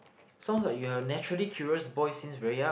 sounds like you are naturally curious boy since very young